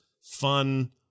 fun